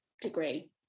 degree